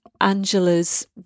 Angela's